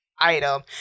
item